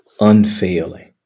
unfailing